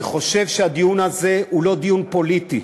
אני חושב שהדיון הזה הוא לא דיון פוליטי.